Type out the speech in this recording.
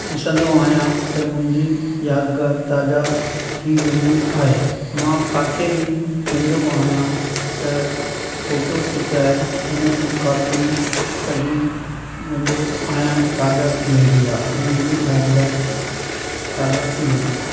ॾिसंदो आहियां त मुंहिंजी यादिगारु ताज़ा थी वेंदी आहे मां किथे बि वेंदो आहियां त फोटो खिचाए हुन जी कॉपी कढी वेंदो आहियां ताज़ा थी वेंदी आहे उन जी यादिगारु ताज़ा थी वेंदी आहे